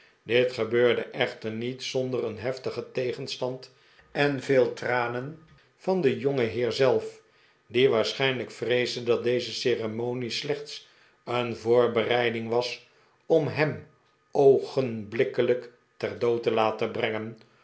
dit gebeurde echter niet zonder een heftigen tegenstand en veel tranen van den jongenheer zelf die waarschijnlijk vreesde dat deze ceremonie slechts een voorbereiding was om hem oogenblikkelijk ter dood'te laten brengen